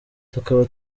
tukaba